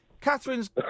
Catherine's